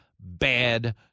bad